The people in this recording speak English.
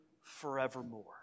forevermore